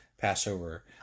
Passover